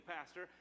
Pastor